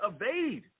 evade